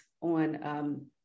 on